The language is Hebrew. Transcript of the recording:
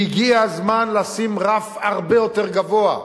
כי הגיע הזמן לשים רף הרבה יותר גבוה.